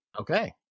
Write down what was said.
okay